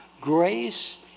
grace